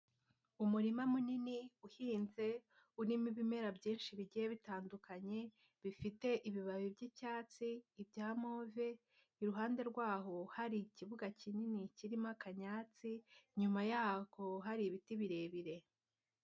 Umurima munini uhinze urimo ibimera byinshi bigiye bitandukanye bifite ibibabi by'icyatsi, ibya move, iruhande rwaho hari ikibuga kinini kirimo akayatsi, inyuma yako hari ibiti birebire.